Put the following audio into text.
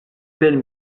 belle